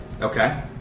Okay